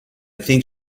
think